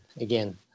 again